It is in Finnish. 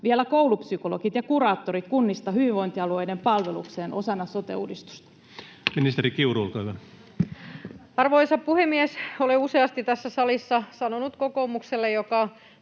vielä koulupsykologit ja ‑kuraattorit kunnista hyvinvointialueiden palvelukseen osana sote-uudistusta? Ministeri Kiuru, olkaa hyvä. Arvoisa puhemies! Olen useasti tässä salissa sanonut kokoomukselle, joka